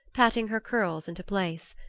patting her curls into place.